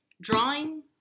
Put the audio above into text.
drawing